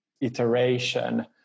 iteration